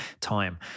time